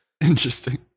Interesting